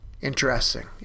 Interesting